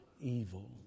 evil